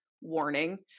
warning